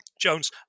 Jones